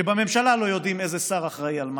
כשבממשלה לא יודעים איזה שר אחראי על מה,